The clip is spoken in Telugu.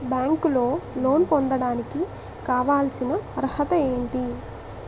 బ్యాంకులో లోన్ పొందడానికి కావాల్సిన అర్హత ఏంటి?